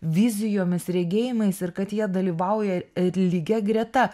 vizijomis regėjimais ir kad jie dalyvauja ir lygia greta